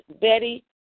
Betty